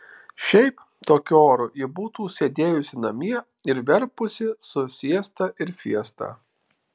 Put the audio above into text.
šiaip tokiu oru ji būtų sėdėjusi namie ir verpusi su siesta ir fiesta